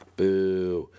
boo